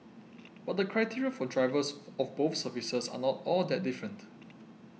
but the criteria for drivers of both services are not all that different